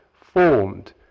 formed